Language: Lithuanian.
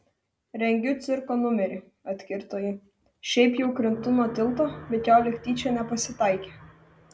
rengiu cirko numerį atkirto ji šiaip jau krintu nuo tilto bet jo lyg tyčia nepasitaikė